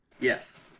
Yes